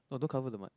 no don't cover the mic